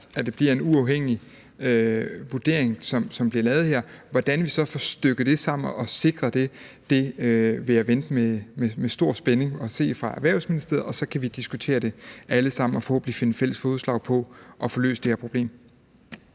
at det bliver en uafhængig vurdering, som bliver lavet her. Hvordan vi så får stykket det sammen og sikret det, vil jeg vente med stor spænding på at se fra Erhvervsministeriet, og så kan vi alle sammen diskutere det og forhåbentlig finde fælles fodslag for at få løst det her problem.